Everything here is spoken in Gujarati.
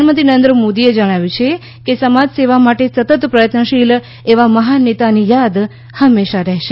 પ્રધાનમંત્રી નરેન્દ્ર મોદીએ જણાવ્યું છે કે સમાજ સેવા માટે સતત પ્રયત્નશીલ એવા મહાન નેતાની યાદ હંમેશા રહેશે